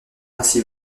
ainsi